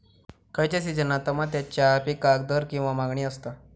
खयच्या सिजनात तमात्याच्या पीकाक दर किंवा मागणी आसता?